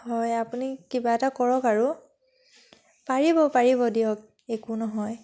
হয় আপুনি কিবা এটা কৰক আৰু পাৰিব পাৰিব দিয়ক একো নহয়